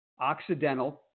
Occidental